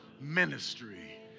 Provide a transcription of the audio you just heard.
ministry